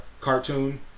cartoon